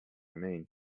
mean